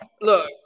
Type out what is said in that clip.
Look